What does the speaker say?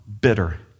bitter